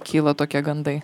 kyla tokie gandai